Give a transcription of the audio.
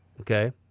okay